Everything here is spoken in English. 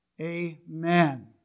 Amen